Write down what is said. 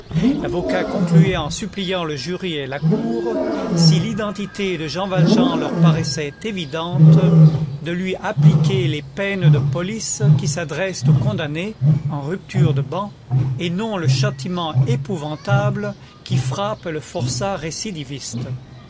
l'avocat concluait en suppliant le jury et la cour si l'identité de jean valjean leur paraissait évidente de lui appliquer les peines de police qui s'adressent au condamné en rupture de ban et non le châtiment épouvantable qui frappe le forçat récidiviste